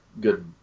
good